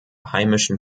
heimischen